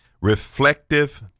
Reflective